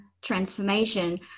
transformation